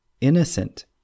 innocent